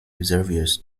reservoirs